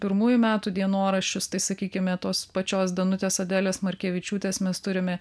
pirmųjų metų dienoraščius tai sakykime tos pačios danutės adelės markevičiūtės mes turime